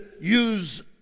use